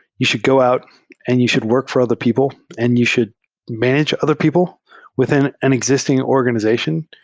you should go out and you should work for other people and you should manage other people within an exis ting organization.